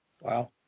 Wow